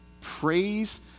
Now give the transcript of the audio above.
praise